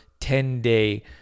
10-day